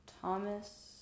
Thomas